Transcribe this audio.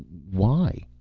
why?